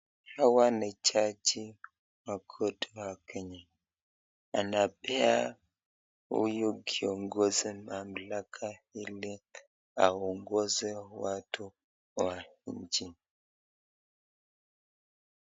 Hawa ni jaji wa koti ya Kenya. Anapea huyu kiongozi mamlaka ili aongoze watu wa nchi.